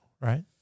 right